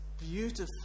beautiful